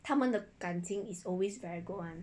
他们的感情 is always very good [one]